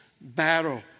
battle